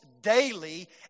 daily